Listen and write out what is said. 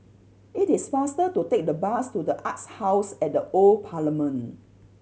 it is faster to take the bus to The Arts House at the Old Parliament